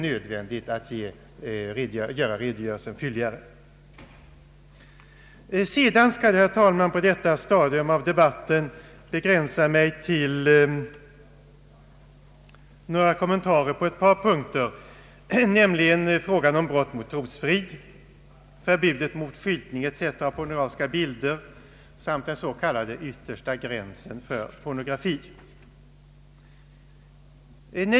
Jag skall i övrigt på detta stadium av debatten begränsa mig till några kommentarer på ett par punkter, nämligen i frågan om brott mot trosfrid, förbud mot skyltning etc. av pornografiska bilder samt den s.k. yttersta gränsen för pornografi.